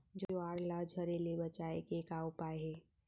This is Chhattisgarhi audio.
ज्वार ला झरे ले बचाए के का उपाय हे?